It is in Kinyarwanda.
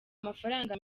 amafaranga